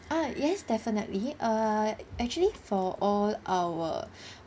ah yes definitely uh actually for all our